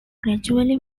gradually